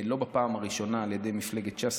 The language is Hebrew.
לא בפעם הראשונה, של מפלגת ש"ס.